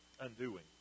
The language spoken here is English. undoing